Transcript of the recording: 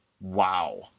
Wow